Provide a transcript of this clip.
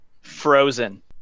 Frozen